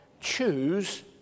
choose